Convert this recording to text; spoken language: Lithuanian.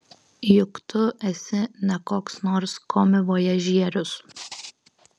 juk tu esi ne koks nors komivojažierius